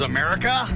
America